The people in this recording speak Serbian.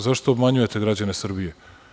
Zašto obmanjujete građane Srbije?